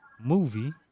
movie